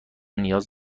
نیاز